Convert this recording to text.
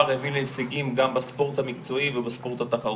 מביא להישגים גם בספורט המקצועי ובספורט התחרותי.